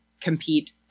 compete